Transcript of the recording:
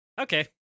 Okay